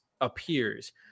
appears